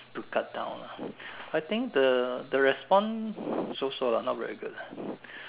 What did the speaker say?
to cut down lah I think the the response so so lah not very good lah